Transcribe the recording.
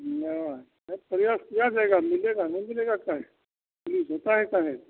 नहीं नहीं तो प्रयास किया जाएगा मिलेगा नहीं मिलेगा काहे पुलिस होती है काहे